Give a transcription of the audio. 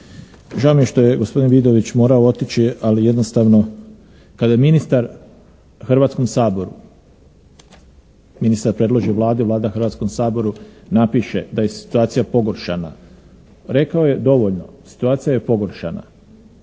Žao mi je što je gospodin Vidović morao otići, ali jednostavno kada ministar Hrvatskom saboru, ministar predloži Vlada, Vlada Hrvatskom saboru napiše da je situacija pogoršana rekao je dovoljno situacija je pogoršana.